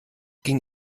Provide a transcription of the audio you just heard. ging